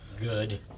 Good